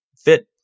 fit